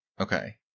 Okay